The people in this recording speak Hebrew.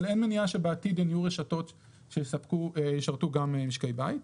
אבל אין מניעה שבעתיד הם יהיו רשתות שישרתו גם משקי בית.